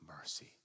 mercy